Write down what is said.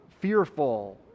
fearful